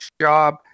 job